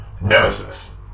Nemesis